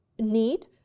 need